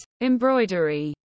embroidery